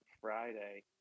Friday